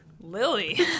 Lily